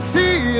see